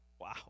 wow